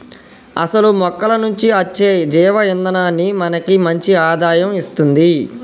అసలు మొక్కల నుంచి అచ్చే జీవ ఇందనాన్ని మనకి మంచి ఆదాయం ఇస్తుంది